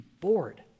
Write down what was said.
bored